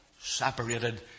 separated